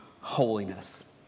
holiness